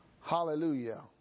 Hallelujah